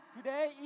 Today